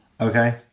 Okay